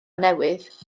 newydd